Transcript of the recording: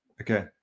okay